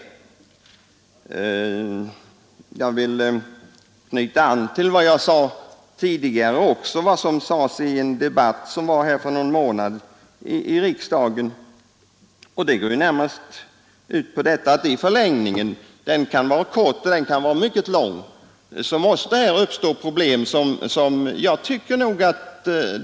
Jag vill knyta an till vad jag sade i en debatt för någon månad sedan här i riksdagen och som närmast gick ut på att i förlängningen — den kan vara kort och den kan vara lång, ja mycket lång måste svårbemästrade ekonomiska problem uppstå.